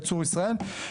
מדברים.